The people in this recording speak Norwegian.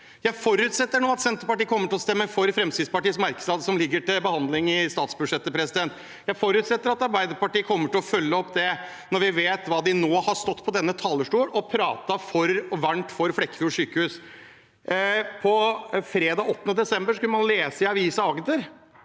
Jeg forutsetter nå at Senterpartiet kommer til å stemme for Fremskrittspartiets merknad som ligger til behandling i statsbudsjettet. Jeg forutsetter at Arbeiderpartiet kommer til å følge det opp, når vi vet at de nå har stått på denne talerstolen og pratet varmt for Flekkefjord sykehus. Fredag 8. desember kunne man lese i Avisen Agder: